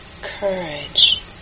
courage